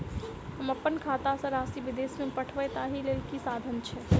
हम अप्पन खाता सँ राशि विदेश मे पठवै ताहि लेल की साधन छैक?